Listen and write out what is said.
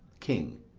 king.